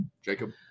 Jacob